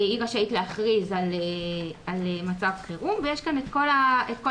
היא רשאית להכריז על מצב חירום ויש כאן את כל המנגנון,